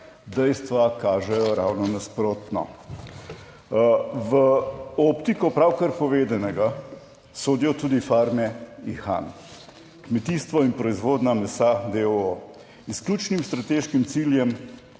dejstva kažejo ravno nasprotno. V optiko pravkar povedanega sodijo tudi Farme Ihan, kmetijstvo in proizvodnja mesa, deoo. Izključnim strateškim ciljem